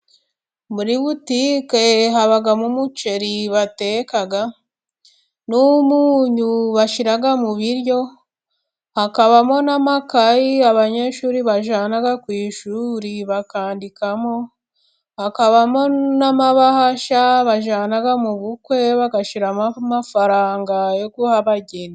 Muri butike habamo umuceri bateka n'umunyu bashyira mu biryo, hakabamo n'amakayi abanyeshuri bajyana ku ishuri bakandikamo, hakabamo n'amabahasha bajyana mu bukwe bagashyiramo amafaranga yo guha abageni.